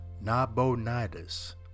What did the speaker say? Nabonidus